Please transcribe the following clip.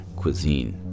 cuisine